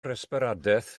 resbiradaeth